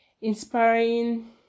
inspiring